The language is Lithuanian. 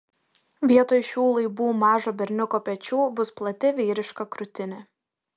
vietoj šių laibų mažo berniuko pečių bus plati vyriška krūtinė